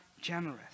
generous